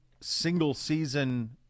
single-season –